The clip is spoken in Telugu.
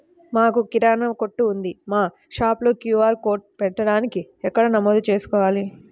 మాకు కిరాణా కొట్టు ఉంది మా షాప్లో క్యూ.ఆర్ కోడ్ పెట్టడానికి ఎక్కడ నమోదు చేసుకోవాలీ?